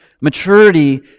maturity